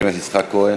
חבר הכנסת יצחק כהן,